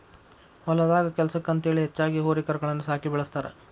ಹೊಲದಾಗ ಕೆಲ್ಸಕ್ಕ ಅಂತೇಳಿ ಹೆಚ್ಚಾಗಿ ಹೋರಿ ಕರಗಳನ್ನ ಸಾಕಿ ಬೆಳಸ್ತಾರ